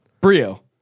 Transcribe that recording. Brio